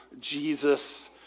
Jesus